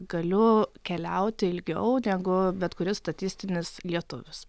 galiu keliauti ilgiau negu bet kuris statistinis lietuvis